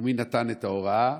מי נתן את ההוראה?